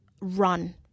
Run